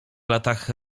latach